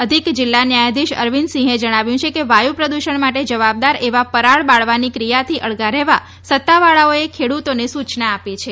અધિક જિલ્લા ન્યાયાધીશ અરવિંદસિંહે જણાવ્યું છે કે વાયુ પ્રદુષણ માટે જવાબદાર એવા પરાળ બાળવાની ક્રિયાથી અળગા રહેવા સત્તાવાળાએ ખેડૂતોને સૂચના આપી છે